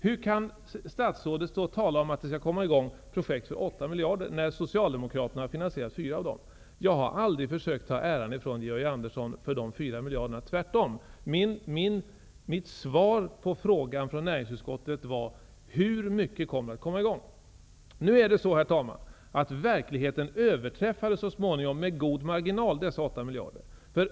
Hur kan statsrådet stå och tala om att det skall komma i gång projekt för 8 miljarder, när socialdemokraterna har finansierat fyra av dem?'' Jag har aldrig försökt ta äran från Georg Andersson för de 4 miljarderna, tvärtom. Mitt svar på frågan från näringsutskottet gällde hur mycket som skall komma i gång. Herr talman! Verkligheten överträffade så småningom med god marginal dessa 8 miljarder.